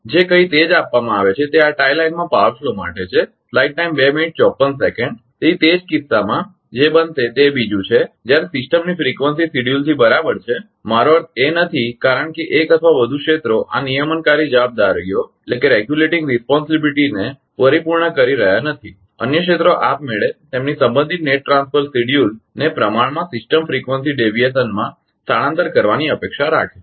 જે કંઇ તે જ આપવામાં આવે છે તે આ ટાઇ લાઈનમાં પાવર ફ્લો માટે છે તેથી તે કિસ્સામાં જે બનશે તે બીજું છે જ્યારે સિસ્ટમની ફ્રીકવંસી શેડ્યૂલથી બરાબર છે મારો અર્થ એ નથી કારણ કે એક અથવા વધુ ક્ષેત્રો આ નિયમનકારી જવાબદારીઓને પરિપૂર્ણ કરી રહ્યા નથી અન્ય ક્ષેત્રો આપમેળે તેમની સંબંધિત નેટ ટ્રાન્સફર શેડ્યૂલને પ્રમાણમાં સિસ્ટમ ફ્રીકવંસી ડેવીએશનમાં સ્થળાંતર કરવાની અપેક્ષા રાખે છે